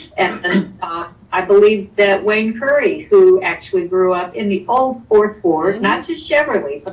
ah i believe that wayne curry, who actually grew up in the old fourth ward, not just cheverly,